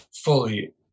fully